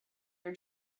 your